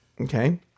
Okay